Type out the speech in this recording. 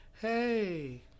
Hey